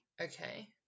Okay